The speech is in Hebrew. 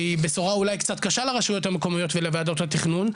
והיא בשורה אולי קצת קשה לוועדות המקומיות ולוועדות התכנון,